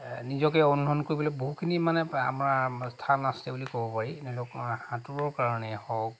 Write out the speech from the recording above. নিজকে অনুশীলন কৰিবলৈ বহুখিনি মানে আমাৰ স্থান আছে বুলি ক'ব পাৰি ধৰি লওক সাঁতোৰৰ কাৰণেই হওক